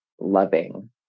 loving